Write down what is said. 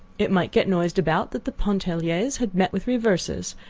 it might get noised about that the pontelliers had met with reverses,